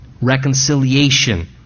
reconciliation